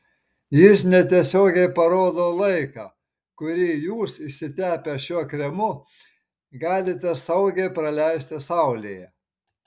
jis netiesiogiai parodo laiką kurį jūs išsitepę šiuo kremu galite saugiai praleisti saulėje